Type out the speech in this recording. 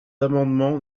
amendement